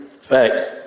Facts